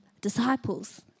disciples